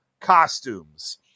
costumes